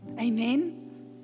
Amen